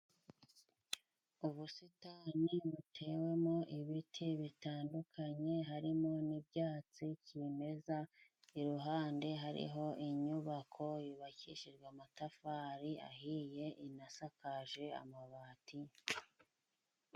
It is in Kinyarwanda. Ubusitani butewemo ibiti bitandukanye, harimo n'ibyatsi cyimeza, iruhande hariho inyubako yubakishijwe amatafari ahiye, inasakaje amabati.